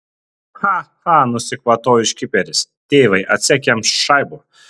cha cha nusikvatojo škiperis tėvai atsek jam šaibų